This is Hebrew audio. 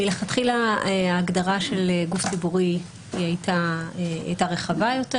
מלכתחילה ההגדרה של גוף ציבורי הייתה רחבה יותר,